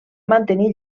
mantenir